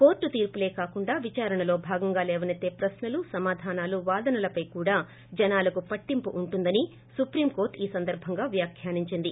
కోర్లు తీర్పులే కాకుండా విదారణలో భాగంగా లేవనెత్తే ప్రశ్నలు సమాధానాలు వాదనలపై కూడా జనాలకు పట్టింపు ఉంటుందని సుప్రీం కోర్టు ఈ సందర్భంగా వ్యాఖ్యానించింది